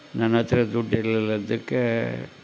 ನನ್ನತ್ತಿರ ದುಡ್ಡು ಇರ್ಲಿಲ್ಲ ಅದಕ್ಕೆ